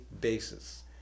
basis